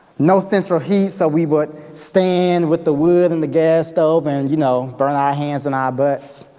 no central heat, so we would stand with the wood and the gas stove and, you know, burn our hands and our butts.